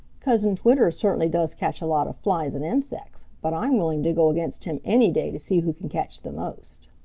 cousin twitter certainly does catch a lot of flies and insects but i'm willing to go against him any day to see who can catch the most.